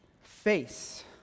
Face